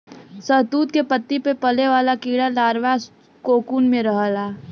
शहतूत के पत्ती पे पले वाला कीड़ा लार्वा कोकून में रहला